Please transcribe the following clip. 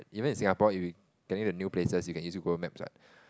even in Singapore if you getting to new places you can still use Google Maps what